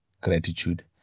gratitude